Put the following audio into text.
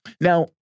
Now